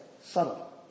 subtle